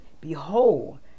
Behold